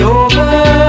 over